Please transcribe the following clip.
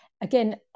again